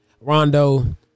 Rondo